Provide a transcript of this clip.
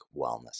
Wellness